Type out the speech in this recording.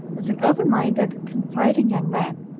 is an open-minded, confiding young man.